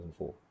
2004